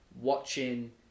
watching